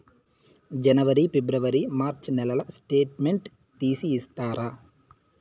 జనవరి, ఫిబ్రవరి, మార్చ్ నెలల స్టేట్మెంట్ తీసి ఇస్తారా?